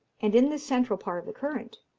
and in the central part of the current,